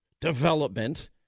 development